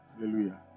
Hallelujah